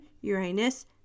Uranus